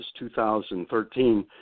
2013